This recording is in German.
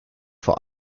vor